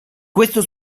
questo